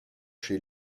chez